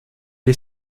est